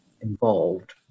involved